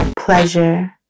Pleasure